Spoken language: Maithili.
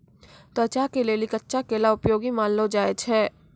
त्वचा के लेली कच्चा केला उपयोगी मानलो जाय छै